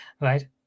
right